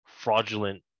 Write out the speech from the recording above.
fraudulent